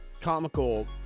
comical